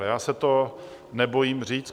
Já se to nebojím říct.